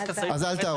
אז אל תהרוס.